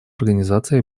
организации